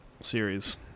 series